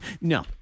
No